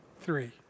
three